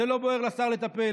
לא בוער לשר לטפל.